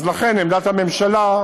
לכן עמדת הממשלה,